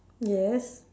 yes